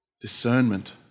discernment